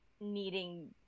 needing